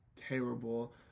terrible